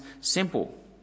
simple